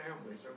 families